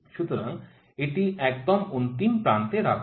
সুতরাং এটি একদম অন্তিম প্রান্তে রাখুন